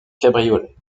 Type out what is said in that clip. cabriolet